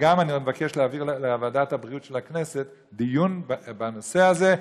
וגם אני מבקש להעביר לוועדת הבריאות של הכנסת דיון בנושא הזה,